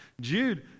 Jude